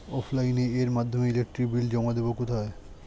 অফলাইনে এর মাধ্যমে ইলেকট্রিক বিল জমা দেবো কোথায়?